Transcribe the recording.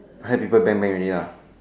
I heard people bang bang already ah